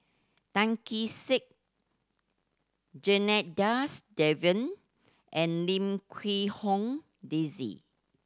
Tan Kee Sek Janadas Devan and Lim Quee Hong Daisy